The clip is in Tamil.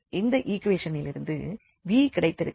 இந்த ஈக்குவேஷனிலிருந்து v கிடைத்திருக்கிறது